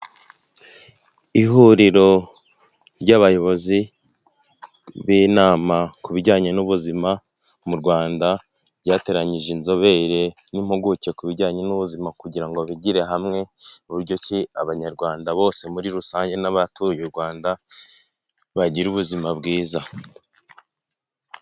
Ihuriro ry'abayobozi b'inama, ku bijyanye n'ubuzima mu Rwanda, ryateranyije inzobere n'impuguke ku bijyanye n'ubuzima kugira ngo bigire hamwe uburyo ki abanyarwanda bose muri rusange n'abatuye u Rwanda bagira ubuzima bwiza.